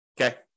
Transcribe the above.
Okay